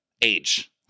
Age